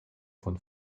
von